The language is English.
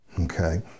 okay